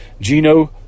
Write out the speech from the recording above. Gino